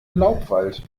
laubwald